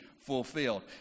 fulfilled